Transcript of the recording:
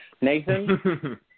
Nathan